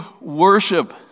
worship